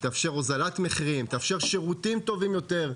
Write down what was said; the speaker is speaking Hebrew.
הוזלת מחירים ושירותים טובים יותר,